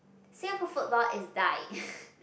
Singapore football is dying